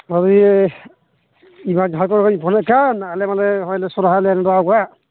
ᱢᱟᱱᱮ ᱚᱱᱟ ᱡᱟᱦᱟᱸ ᱞᱟᱹᱜᱤᱫ ᱤᱧ ᱯᱷᱳᱱᱮᱫ ᱛᱟᱦᱮᱸᱫ ᱟᱞᱮ ᱢᱟᱞᱮ ᱱᱚᱜᱼᱚᱭ ᱥᱚᱨᱦᱟᱭ ᱞᱮ ᱱᱮᱸᱰᱟᱣᱟᱠᱟᱫ